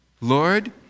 Lord